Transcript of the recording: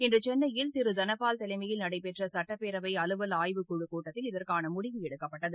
இன்று சென்னையில் திரு தனபால் தலைமையில் நடைபெற்ற சட்டப்பேரவையின் அலுவல் ஆய்வுக்குழுக் கூட்டத்தில் இதற்கான முடிவு எடுக்கப்பட்டது